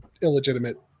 illegitimate